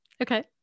Okay